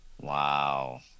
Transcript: Wow